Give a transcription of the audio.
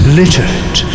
littered